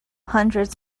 hundreds